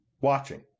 watching